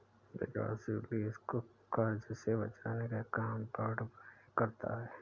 विकासशील देश को कर्ज से बचने का काम वर्ल्ड बैंक करता है